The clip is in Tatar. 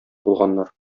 булганнар